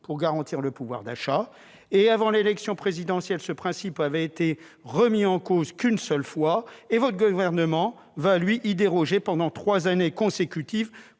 pour garantir le pouvoir d'achat des retraités. Avant l'élection présidentielle de 2017, ce principe n'avait été remis en cause qu'une seule fois. Or le Gouvernement va, lui, y déroger pendant trois années consécutives.